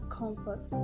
comfort